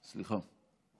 סליחה.